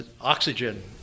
oxygen